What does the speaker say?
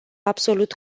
absolut